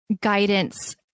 guidance